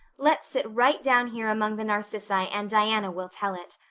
let's sit right down here among the narcissi and diana will tell it.